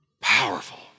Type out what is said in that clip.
Powerful